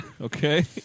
Okay